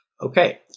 Okay